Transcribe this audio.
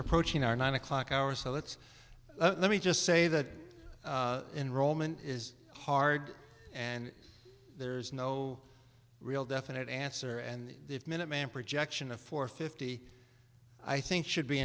approaching our nine o'clock hour so let's let me just say that enrollment is hard and there's no real definite answer and the minuteman projection of four fifty i think should be